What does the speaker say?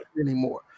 anymore